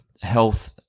health